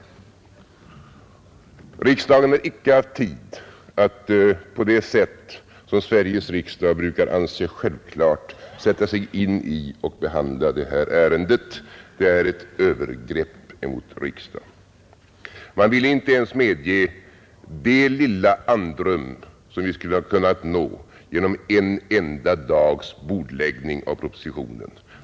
Riksdagen har icke haft tid att på det sätt som Sveriges riksdag brukar anse självklart sätta sig in i och behandla det här ärendet. Det är ett övergrepp mot riksdagen. Man ville inte ens medge det lilla andrum som vi skulle ha kunnat nå genom en enda dags bordläggning av propositionen.